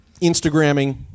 Instagramming